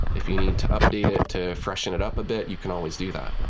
if you need to update it, to freshen it up a bit, you can always do that.